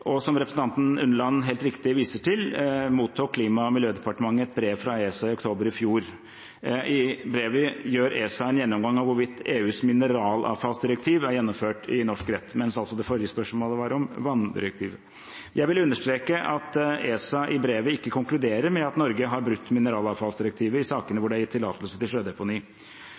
Som representanten Unneland helt riktig viser til, mottok Klima- og miljødepartementet et brev fra ESA i oktober i fjor. I brevet gjør ESA en gjennomgang av hvorvidt EUs mineralavfallsdirektiv er gjennomført i norsk rett. Det forrige spørsmålet var altså om vanndirektivet. Jeg vil understreke at ESA i brevet ikke konkluderer med at Norge har brutt mineralavfallsdirektivet i sakene hvor det er gitt tillatelse til sjødeponi.